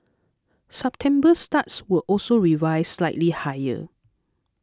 September starts were also revised slightly higher